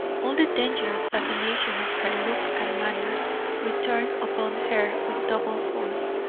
all the dangerous fascination of her look and manner returned upon her with double force.